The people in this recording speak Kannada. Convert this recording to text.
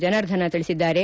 ಜನಾರ್ದನ ತಿಳಿಸಿದ್ದಾರೆ